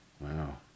Wow